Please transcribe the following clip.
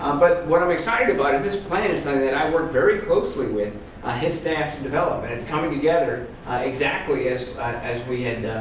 um but what i'm excited about but is this plan is something that i worked very closely with ah his staff's development. it's coming together exactly as as we had,